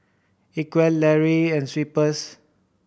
Equal Laurier and Schweppes